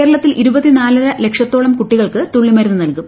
കേരളത്തിൽ ഇരുപത്തിനാലര ലക്ഷത്തോളം കുട്ടികൾക്ക് തുള്ളിമരുന്ന് നൽകും